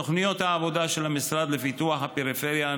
תוכניות העבודה של המשרד לפיתוח הפריפריה,